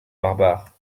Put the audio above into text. barbares